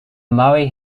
murray